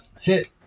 hit